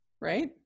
right